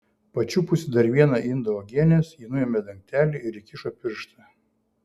pačiupusi dar vieną indą uogienės ji nuėmė dangtelį ir įkišo pirštą